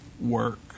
work